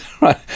right